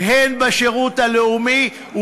הן בשירות הלאומי,